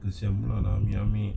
kesian pula nak ambil-ambil